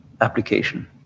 application